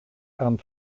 and